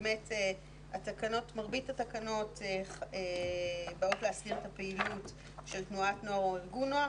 באמת מרבית התקנות באות להסדיר את הפעילות של תנועת נוער או ארגון נוער,